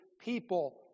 people